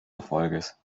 erfolges